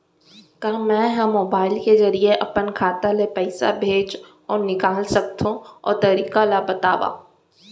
का मै ह मोबाइल के जरिए अपन खाता ले पइसा भेज अऊ निकाल सकथों, ओ तरीका ला बतावव?